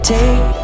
Take